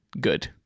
good